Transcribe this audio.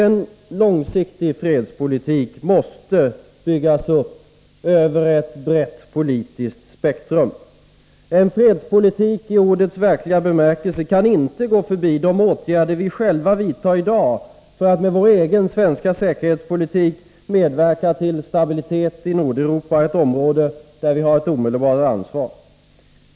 En långsiktig fredspolitik måste byggas upp över ett brett politiskt spektrum. En fredspolitik i ordets verkliga bemärkelse kan inte gå förbi de åtgärder vi i Sverige vidtar i dag för att med vår egen säkerhetspolitik medverka till stabilitet i Nordeuropa, ett område där vi har ett omedelbart ansvar.